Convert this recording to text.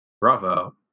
bravo